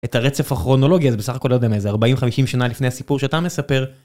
את הרצף הכרונולוגי הזה בסך הכל לא יודע מה זה 40-50 שנה לפני הסיפור שאתה מספר.